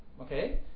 Okay